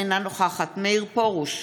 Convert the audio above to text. אינה נוכחת מאיר פרוש,